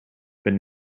but